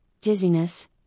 dizziness